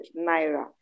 naira